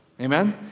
amen